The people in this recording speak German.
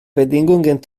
bedingungen